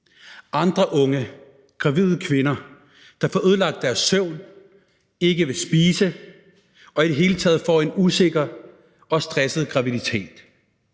herunder gravide kvinder, der får ødelagt deres søvn, ikke vil spise, og i det hele taget får en usikker og stresset graviditet.